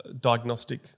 diagnostic